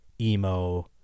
emo